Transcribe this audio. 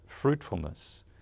fruitfulness